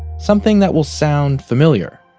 something that will sound familiar.